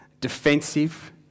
defensive